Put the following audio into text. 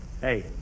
Hey